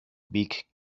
beak